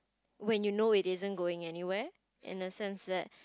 when you know it didn't going anywhere innocent that